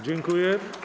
Dziękuję.